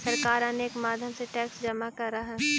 सरकार अनेक माध्यम से टैक्स जमा करऽ हई